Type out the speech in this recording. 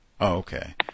Okay